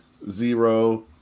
zero